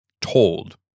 told